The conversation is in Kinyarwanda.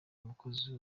umukozi